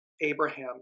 Abraham